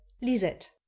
Lisette